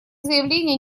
заявления